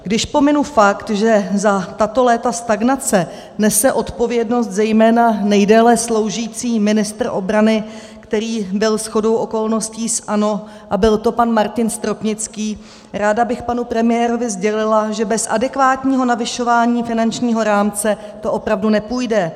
Když pominu fakt, že za tato léta stagnace nese odpovědnost zejména nejdéle sloužící ministr obrany, který byl shodou okolností z ANO, a byl to pan Martin Stropnický, ráda bych panu premiérovi sdělila, že bez adekvátního navyšování finančního rámce to opravdu nepůjde.